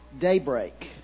daybreak